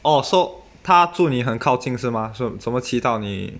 oh so 他住你很靠近是吗什怎么骑到你